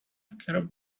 curbed